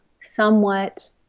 somewhat